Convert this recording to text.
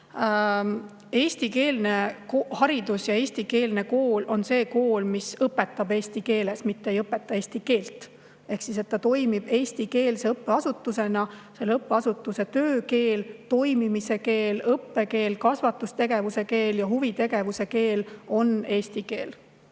Eestikeelne haridus ja eestikeelne kool on see kool, mis õpetab eesti keeles, mitte ei õpeta eesti keelt. Ehk ta toimib eestikeelse õppeasutusena. Selle õppeasutuse töökeel, toimimise keel, õppekeel, kasvatustegevuse keel ja huvitegevuse keel on eesti keel.